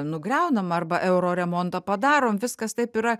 nugriaunam arba euroremontą padarom viskas taip yra